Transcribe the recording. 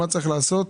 מה צריך לעשות